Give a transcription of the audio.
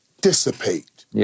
dissipate